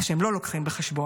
מה שהם לא לוקחים בחשבון,